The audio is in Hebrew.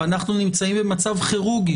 ואנחנו נמצאים במצב כירורגי,